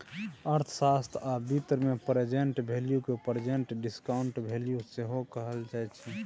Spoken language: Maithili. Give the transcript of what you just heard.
अर्थशास्त्र आ बित्त मे प्रेजेंट वैल्यू केँ प्रेजेंट डिसकांउटेड वैल्यू सेहो कहल जाइ छै